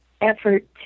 effort